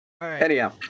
Anyhow